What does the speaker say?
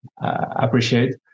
appreciate